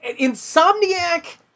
Insomniac